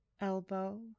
elbow